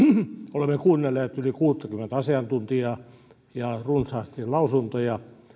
olemme kuunnelleet yli kuuttakymmentä asiantuntijaa ja runsaasti lausuntoja